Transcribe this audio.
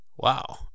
wow